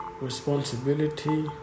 responsibility